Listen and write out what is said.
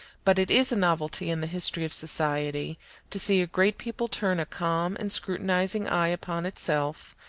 but it is a novelty in the history of society to see a great people turn a calm and scrutinizing eye upon itself,